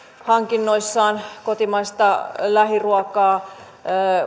hankinnoissaan kotimaista lähiruokaa